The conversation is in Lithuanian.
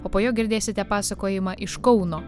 o po jo girdėsite pasakojimą iš kauno